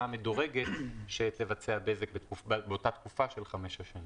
המדורגת שתבצע בזק באותה תקופה של חמש שש שנים.